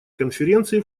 конференции